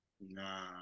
Nah